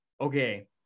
okay